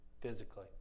physically